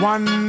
One